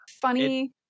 Funny